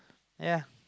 ya